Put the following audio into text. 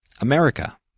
America